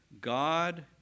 God